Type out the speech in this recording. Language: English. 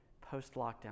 post-lockdown